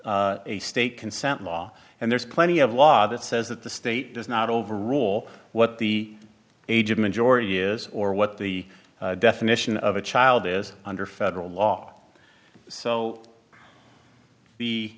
a state consent law and there's plenty of law that says that the state does not overrule what the age of majority is or what the definition of a child is under federal law so the